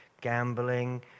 gambling